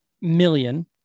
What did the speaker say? million